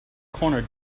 corner